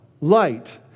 light